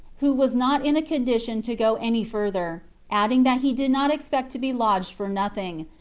who was not in a condition to go any further, adding that he did not expect to be lodged for nothing,